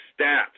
stats